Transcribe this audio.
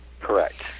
Correct